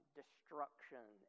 destruction